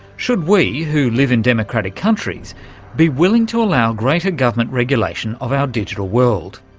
should we who live in democratic countries be willing to allow greater government regulation of our digital world?